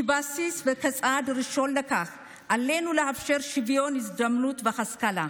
כבסיס וכצעד ראשון לכך עלינו לאפשר שוויון הזדמנויות בהשכלה.